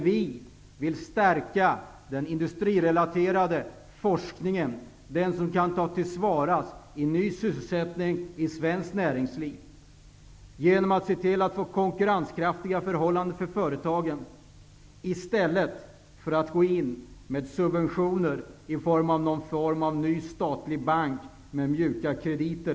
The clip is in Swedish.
Vi vill stärka den industrirelaterade forskningen, den som kan tas tillvara i ny sysselsättning i svenskt näringsliv. Det sker genom att vi ser till att få konkurrenskraftiga förhållanden för företagen i stället för att gå in med subventioner via någon ny statlig bank med mjuka krediter.